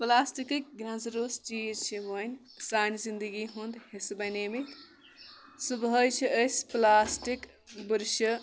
پٕلاسٹِکٕکۍ گرٛنٛزٕ روٚس چیٖز چھِ وۄنۍ سانہِ زِندگی ہُنٛد حِصہٕ بَنیمٕتۍ صبحٲے چھِ أسۍ پٕلاسٹِک بُرشہِ